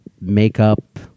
makeup